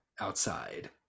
outside